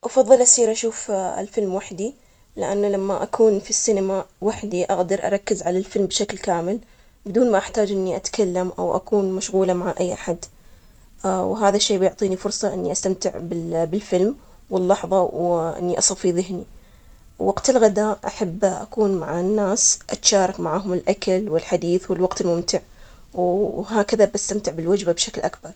والله, بالنسبالي، أنا أفضل أروح أشوف فيلم لوحدي، أحس أني في متعة بالإنغماس بالقصة لوحدك, وما عندي أي أحد يشتت انتباهيعن مشاهدة الفيلم, أما الغداء، يمكن يمدني هذا الشي بشوية ملل، لكن كل واحد براحته، وهذا يعتمد على المزاج, وكله رأيي شخصي.